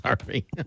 Sorry